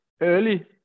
early